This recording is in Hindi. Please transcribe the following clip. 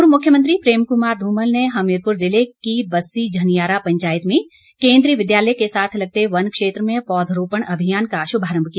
पूर्व मुख्यमंत्री प्रेम कुमार धूमल ने हमीरपुर ज़िले की बस्सी झनियारा पंचायत में केन्द्रीय विद्यालय के साथ लगते वन क्षेत्र में पौधरोपण अभियान का श्रभारम्भ किया